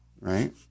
right